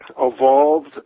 evolved